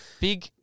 Big